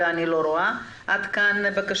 אני לא רואה עוד בקשות.